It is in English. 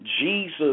Jesus